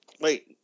Wait